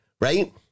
right